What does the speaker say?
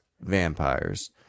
vampires